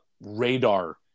radar